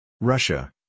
Russia